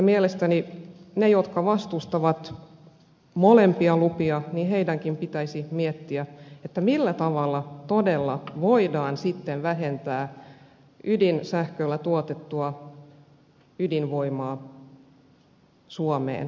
mielestäni niidenkin jotka vastustavat molempia lupia pitäisi miettiä millä tavalla todella voidaan sitten vähentää ydinsähköllä tuotetun ydinvoiman tuontia suomeen